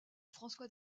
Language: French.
françois